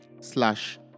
slash